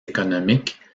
économique